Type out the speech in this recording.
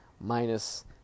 minus